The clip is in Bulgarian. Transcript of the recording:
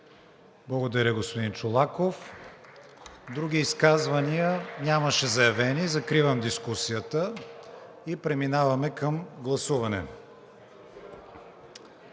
Благодаря, господин Чолаков. Други изказвания? Няма. Закривам дискусията и преминаваме към гласуване.